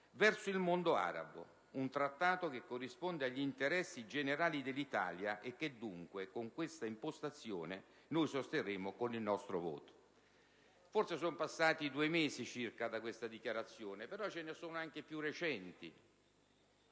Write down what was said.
«verso il mondo arabo. Un Trattato che corrisponde agli interessi generali dell'Italia e che dunque, con questa impostazione, noi sosterremo con il nostro voto». É passato circa un anno da questa dichiarazione, ma ve ne sono anche di più recenti.